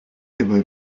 hierbei